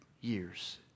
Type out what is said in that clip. years